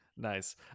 Nice